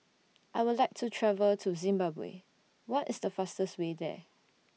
I Would like to travel to Zimbabwe What IS The fastest Way There